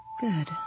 good